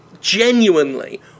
genuinely